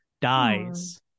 dies